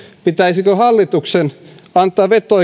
pitäisikö hallituksen antaa veto